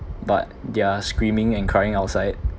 but they're screaming and crying outside